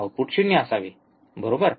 output शून्य ० असावे बरोबर